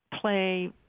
play